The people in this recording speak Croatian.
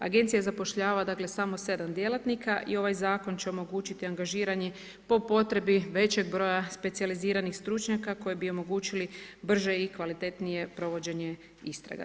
Agencija zapošljava samo 7 djelatnika i ovaj zakon će omogućiti angažiranje po potrebni većeg broja specijaliziranih stručnjak koji bi omogućili brže i kvalitetnije provođenje istrage.